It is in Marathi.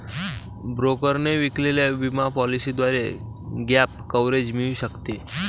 ब्रोकरने विकलेल्या विमा पॉलिसीद्वारे गॅप कव्हरेज मिळू शकते